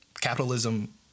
Capitalism